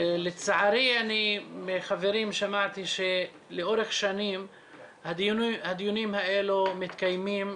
לצערי שמעתי מחברים שלאורך שנים הדיונים האלה מתקיימים,